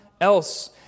else